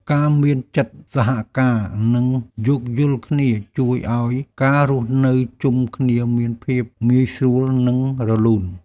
ការមានចិត្តសហការ និងយោគយល់គ្នាជួយឱ្យការរស់នៅជុំគ្នាមានភាពងាយស្រួល និងរលូន។